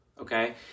okay